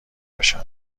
بشن